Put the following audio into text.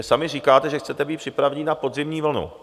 Sami říkáte, že chcete být připraveni na podzimní vlnu.